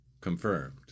Confirmed